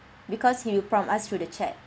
because he will prompt us with the chat